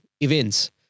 events